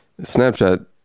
snapchat